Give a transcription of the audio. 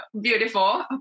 beautiful